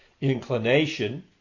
inclination